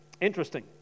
interesting